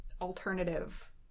alternative